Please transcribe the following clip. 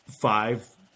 five